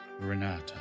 Renata